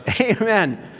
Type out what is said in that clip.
Amen